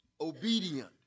obedient